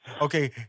Okay